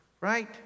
right